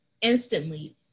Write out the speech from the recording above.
instantly